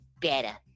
Better